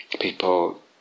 people